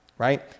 right